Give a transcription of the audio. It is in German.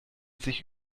sich